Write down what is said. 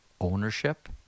ownership